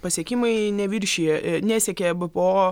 pasiekimai neviršija nesiekė ebpo